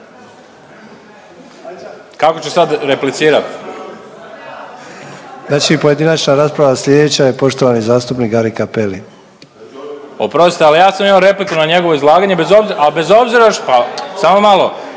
Kako će sad replicirati?/... Znači pojedinačna rasprava sljedeća je poštovani zastupnik Gari Cappelli. .../Upadica: Oprostite, ali ja sam imao repliku na njegovo izlaganje, ali bez obzira